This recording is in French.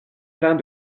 pleins